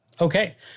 Okay